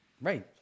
Right